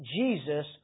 Jesus